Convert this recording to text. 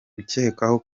ukekwaho